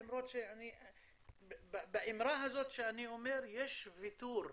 למרות שבאמירה הזאת שאני אומר יש ויתור.